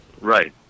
Right